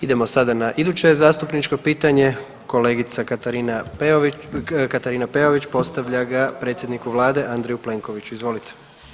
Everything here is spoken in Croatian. Idemo sada na iduće zastupničko pitanje, kolegica Katarina Peović, postavlja ga predsjedniku Vlade Andreju Plenkoviću, izvolite.